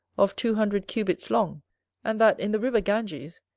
of two hundred cubits long and that in the river ganges,